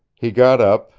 he got up,